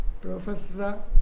Professor